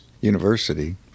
university